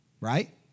right